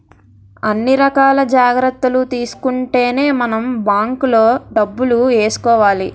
అన్ని రకాల జాగ్రత్తలు తీసుకుంటేనే మనం బాంకులో డబ్బులు ఏసుకోవాలి